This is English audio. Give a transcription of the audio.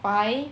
five